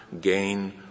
gain